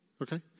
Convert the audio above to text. Okay